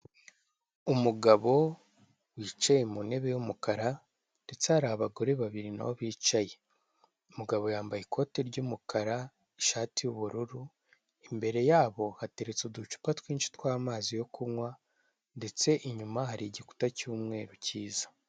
Umugabo wicaye my ntebe y'umukara ndetse hari abagore babiri nabo bicaye, umugabo yambaye ikoti ry'umukara, ishati y'ubururu imbere yabo hateretse uducupa twinshi tw'amazi yo kunywa, ndetse inyuma hari ikiguta cy'umeru kiza.